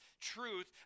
truth